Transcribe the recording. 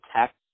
tech